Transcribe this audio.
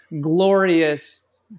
glorious